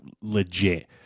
legit